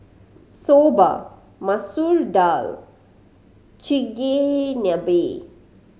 Soba Masoor Dal Chigenabe